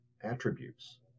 attributes